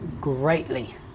greatly